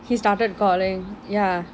he started calling ya